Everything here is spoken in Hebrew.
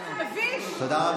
כמה אפשר?